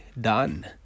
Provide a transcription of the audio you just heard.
done